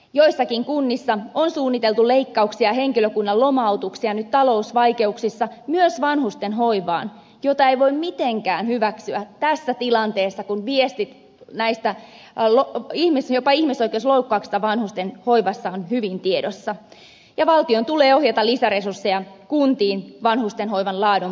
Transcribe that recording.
joissakin kunnissa on suunniteltu leikkauksia ja henkilökunnan lomautuksia nyt talousvaikeuksissa myös vanhustenhoivaan mitä ei voi mitenkään hyväksyä tässä tilanteessa kun viestit jopa näistä ihmisoikeusloukkauksista vanhustenhoivassa ovat hyvin tiedossa ja valtion tulee ohjata lisäresursseja kuntiin vanhustenhoivan laadun parantamiseen